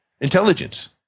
intelligence